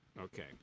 Okay